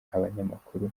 abanyamakuru